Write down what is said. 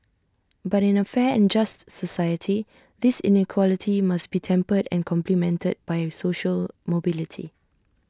but in A fair and just society this inequality must be tempered and complemented by an social mobility